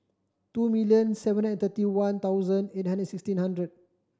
two million seven and thirty one thousand eight hundred sixteen hundred